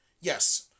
Yes